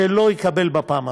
שלא יקבל בפעם הבאה,